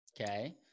okay